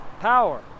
power